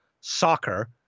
soccer